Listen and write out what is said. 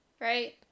right